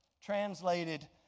translated